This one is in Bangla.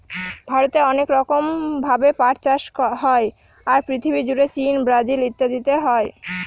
ভারতে অনেক রকম ভাবে পাট চাষ হয়, আর পৃথিবী জুড়ে চীন, ব্রাজিল ইত্যাদিতে হয়